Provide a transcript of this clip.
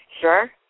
sure